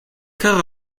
car